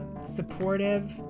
supportive